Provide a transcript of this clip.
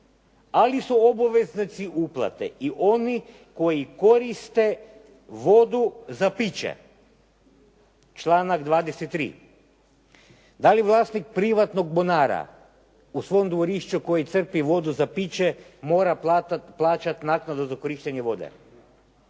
ali su obveznici uplate i oni koji koriste vodu za piće, članak 23. Da li vlasnik privatnog bunara u svom dvorištu koji crpi vodu za piće mora plaćati naknadu za korištenje vode?